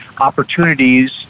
opportunities